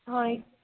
হয়